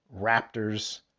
Raptors